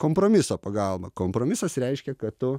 kompromiso pagalba kompromisas reiškia kad tu